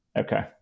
Okay